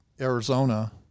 Arizona